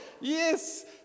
Yes